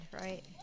right